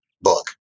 book